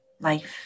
life